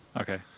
Okay